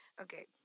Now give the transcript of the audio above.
Okay